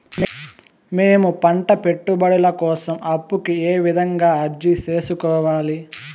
మేము పంట పెట్టుబడుల కోసం అప్పు కు ఏ విధంగా అర్జీ సేసుకోవాలి?